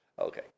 Okay